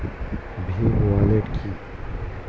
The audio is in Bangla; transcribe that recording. ভীম ওয়ালেট কি?